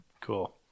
Cool